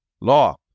law